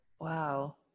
Wow